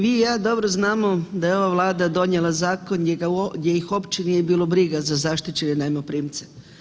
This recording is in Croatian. Vi i ja dobro znamo da je ova Vlada donijela zakon gdje ih uopće nije bilo briga za zaštićene najmoprimce.